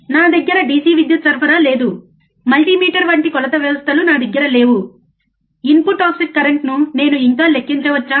నా దగ్గర DC విద్యుత్ సరఫరా లేదు మల్టీమీటర్ వంటి కొలత వ్యవస్థలు నా దగ్గర లేవు ఇన్పుట్ ఆఫ్సెట్ కరెంట్ను నేను ఇంకా లెక్కించవచ్చా